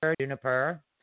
juniper